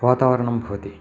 वातावरणं भवति